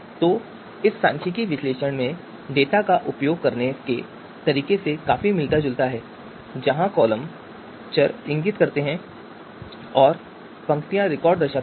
तो यह सांख्यिकीय विश्लेषण में डेटा का उपयोग करने के तरीके से काफी मिलता जुलता है जहां कॉलम चर इंगित करते हैं और पंक्तियां रिकॉर्ड दर्शाती हैं